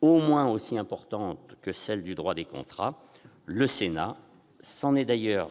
au moins aussi importante que celle du droit des contrats. Le Sénat s'en est d'ailleurs